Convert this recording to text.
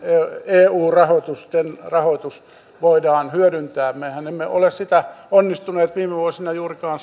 eu rahoitus voidaan hyödyntää mehän emme ole sitä onnistuneet viime vuosina juurikaan